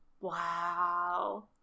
Wow